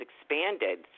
expanded